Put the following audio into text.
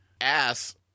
ass